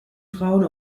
frauen